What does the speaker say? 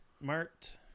Mart